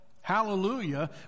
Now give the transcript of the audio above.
Hallelujah